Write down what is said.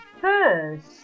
first